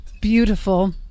beautiful